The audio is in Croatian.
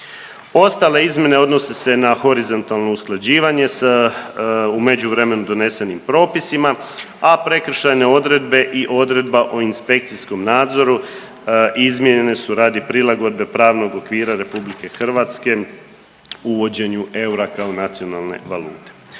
Ostale izmjene odnose se na horizontalno usklađivanje s u međuvremenu donesenim propisima, a prekršajne odredbe i odredba o inspekcijskom nadzoru izmijenjene su radi prilagodbe pravnog okvira RH uvođenju eura kao nacionalne valute.